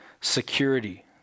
Security